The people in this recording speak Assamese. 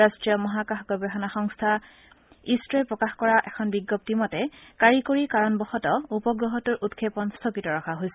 ৰাষ্ট্ৰীয় মহাকশ গৱেষণা সংস্থা ইছৰোই প্ৰকাশ কৰা এখন বিজ্ঞপ্তি মতে কাৰিকৰী কাৰণবশতঃ উপগ্ৰহটোৰ উৎক্ষেপণ স্থগিত ৰখা হৈছে